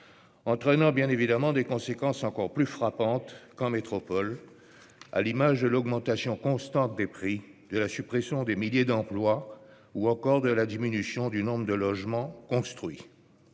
entraînant des conséquences encore plus frappantes qu'en métropole, à l'image de l'augmentation constante des prix, de la suppression de milliers d'emplois ou encore de la diminution du nombre de nouveaux logements construits.